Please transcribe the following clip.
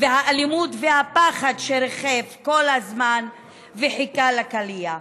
והאלימות והפחד שריחף כל הזמן וחיכה לקליע.